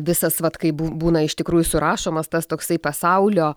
visas vat kaip bū būna iš tikrųjų surašomas tas toksai pasaulio